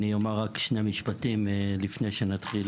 אני אומר רק שני משפטים לפני שנתחיל,